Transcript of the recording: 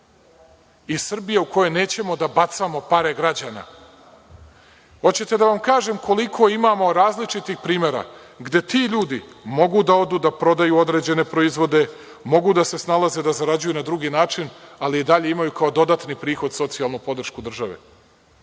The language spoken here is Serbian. i Srbija u kojoj nećemo da bacamo pare građana. Hoćete li da vam kažem koliko imamo različitih primera gde ti ljudi mogu da odu da prodaju određene proizvode, mogu da se snalaze da zarađuju na drugi način, ali i dalje imaju kao dodatni prihod socijalnu podršku države?